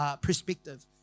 perspective